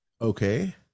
okay